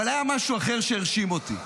אבל היה משהו אחר שהרשים אותי.